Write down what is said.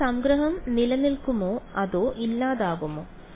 അതിനാൽ സംഗ്രഹം നിലനിൽക്കുമോ അതോ ഇല്ലാതാകുമോ